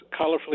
colorfully